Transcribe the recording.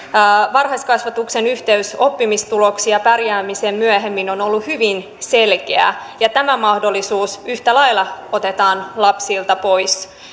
varhaiskasvatuksen yhteys oppimistuloksiin ja pärjäämiseen myöhemmin on ollut hyvin selkeää ja tämä mahdollisuus yhtä lailla otetaan lapsilta pois